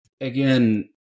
again